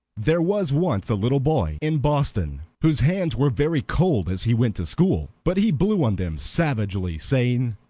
there was once a little boy in boston whose hands were very cold as he went to school. but he blew on them savagely, saying,